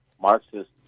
Marxist